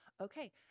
Okay